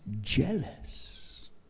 jealous